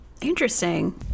Interesting